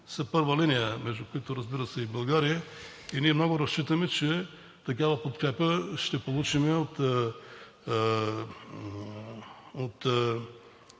на първа линия, между които, разбира се, и България. Ние много разчитаме, че такава подкрепа ще получим от